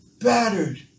battered